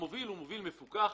מוביל מפוקח,